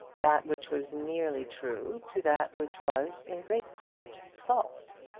that which was nearly true to that which was in great part false.